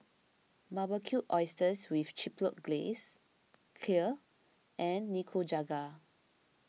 Barbecued Oysters with Chipotle Glaze Kheer and Nikujaga